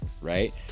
right